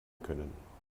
können